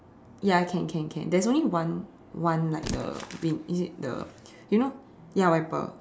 ya can can can there's only one one like the wind is it the you know ya wiper